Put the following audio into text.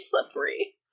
slippery